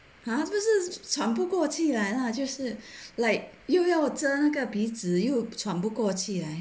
!huh! 不是喘不过气来 lah 就是 like 又要遮那个鼻子又喘不过气来